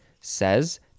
says